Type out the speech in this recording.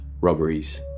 robberies